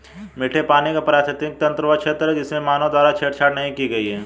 मीठे पानी का पारिस्थितिकी तंत्र वह क्षेत्र है जिसमें मानव द्वारा छेड़छाड़ नहीं की गई है